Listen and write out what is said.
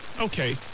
Okay